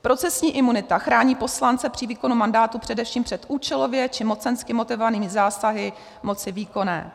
Procesní imunita chrání poslance při výkonu mandátu především před účelově či mocensky motivovanými zásahy moci výkonné.